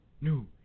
new